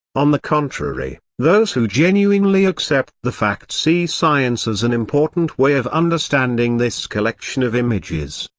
on the contrary, those who genuinely accept the fact see science as an important way of understanding this collection of images,